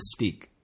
mystique